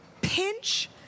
pinch